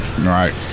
Right